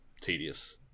tedious